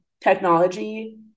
technology